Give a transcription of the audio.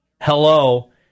Hello